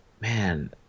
man